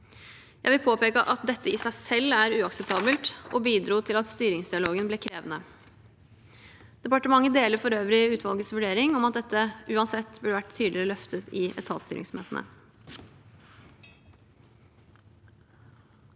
Jeg vil påpeke at dette i seg selv er uakseptabelt og bidro til at styringsdialogen ble krevende. Departementet deler for øvrig utvalgets vurdering om at dette uansett burde vært tydeligere løftet i etatsstyringsmøtene.